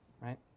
right